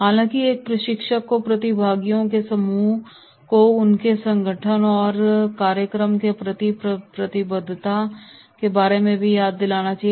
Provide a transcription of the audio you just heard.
हालांकि एक प्रशिक्षक को प्रतिभागियों के समूह को उनके संगठन और कार्यक्रम के प्रति प्रतिबद्धता के बारे में उन्हें याद दिलाना चाहिए